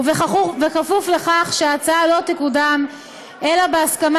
ובכפוף לכך שההצעה לא תקודם אלא בהסכמה